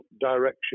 direction